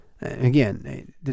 Again